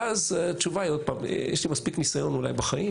ואז התשובה היא עוד פעם יש לי מספיק ניסיון אולי בחיים,